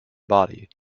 body